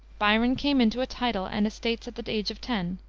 byron came into a title and estates at the age of ten.